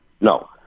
no